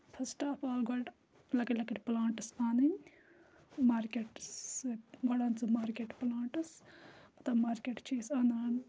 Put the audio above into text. first of all گۄڈٕ لۄکٕٹۍ لۄکٕٹۍ پٕلانٛٹٕس اَنٕنۍ مارکٮ۪ٹٕس گۄڈٕ اَن ژٕ مارکٮ۪ٹ پٕلانٛٹٕس مارکٮ۪ٹ چھِ أسۍ اَنان